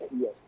yes